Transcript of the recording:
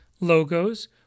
logos